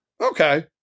Okay